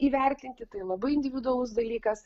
įvertinti tai labai individualus dalykas